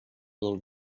del